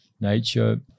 nature